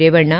Revanna